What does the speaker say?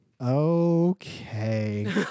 Okay